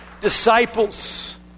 disciples